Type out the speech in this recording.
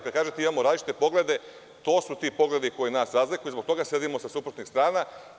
Kada kažete da imamo različite poglede, to su ti pogledi koji nas razlikuju i zbog toga sedimo sa suprotnih strana.